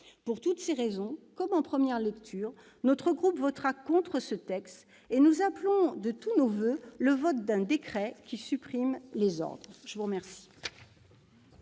Pour toutes ces raisons, comme en première lecture, mon groupe votera contre ce texte. Nous appelons de tous nos voeux le vote d'un décret qui supprime les ordres. La parole